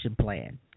plan